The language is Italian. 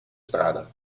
strada